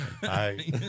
Hi